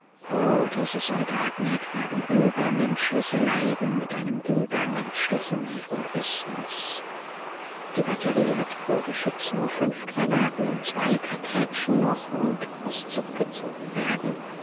o diese soldaten ertragen übermenschliche leiden mit einem übermenschlichen heroismus die batterie hat pro geschütz nur fünf granaten und zwei kartätschen noch und muß zurückgezogen werden